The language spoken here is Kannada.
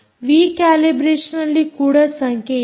ವಿ ಕ್ಯಾಲಿಬ್ರೇಷನ್ನಲ್ಲಿ ಕೂಡ ಸಂಖ್ಯೆಯಿದೆ